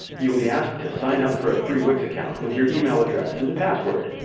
you'll be asked to sign up for a free wix account with your email address and a password.